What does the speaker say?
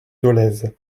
dolez